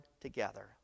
together